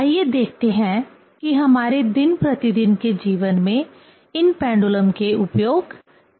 आइए देखते हैं कि हमारे दिन प्रतिदिन के जीवन में इन पेंडुलम के उपयोग क्या हैं